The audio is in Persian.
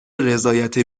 رضایت